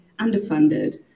underfunded